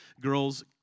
girls